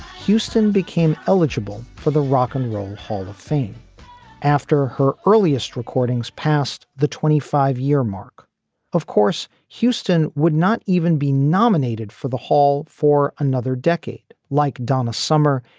houston became eligible for the rock and roll hall of fame after her earliest recordings past the twenty five year mark of course, houston would not even be nominated for the hall for another decade like donna summer.